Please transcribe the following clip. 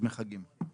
דמי חגים.